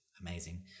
amazing